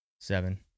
seven